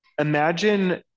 imagine